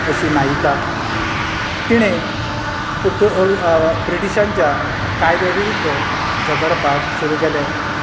अशी नायिका तिणे पुर्तू ब्रिटीशांच्या कायद्या विरुध्द झगडपाक सुरु केले